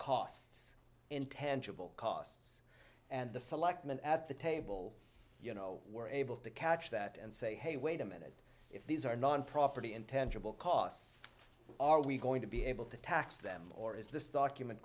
costs intangible costs and the selectmen at the table you know were able to catch that and say hey wait a minute if these are non property intentional costs are we going to be able to tax them or is this document